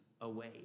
away